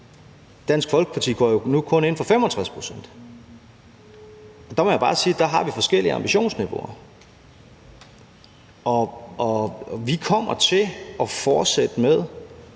Dansk Folkeparti går jo nu kun ind for 65 pct. Der må jeg bare sige at vi har forskellige ambitionsniveauer. Vi kommer til at fortsætte med